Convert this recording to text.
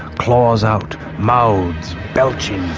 claws out, mouths belching